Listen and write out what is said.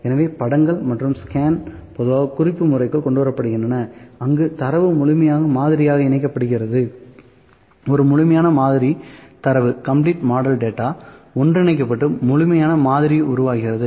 எனவே படங்கள் மற்றும் ஸ்கேன் பொதுவான குறிப்பு முறைக்குள் கொண்டு வரப்படுகின்றன அங்கு தரவு முழுமையான மாதிரியாக இணைக்கப்படுகிறது ஒரு முழுமையான மாதிரி தரவு ஒன்றிணைக்கப்பட்டு முழுமையான மாதிரி உருவாகிறது